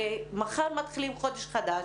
הרי מחר מתחילים חודש חדש.